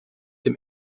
dem